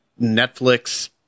Netflix –